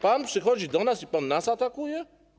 Pan przychodzi do nas i pan nas atakuje?